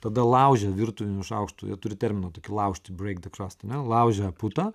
tada laužia virtuviniu šaukštu jie turi terminą tokį laužti breik de krust ane laužia putą